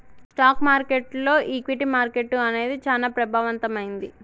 stock మార్కెట్టులో equity market అనేది చానా ప్రభావవంతమైంది